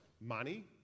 Money